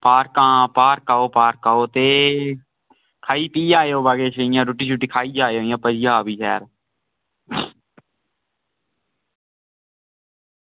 park park ते park ऐ ओह् ते खाई पीऐ आयो किश इंया रुट्टी खाइयै ओयो किश इंया बेहियै बाजार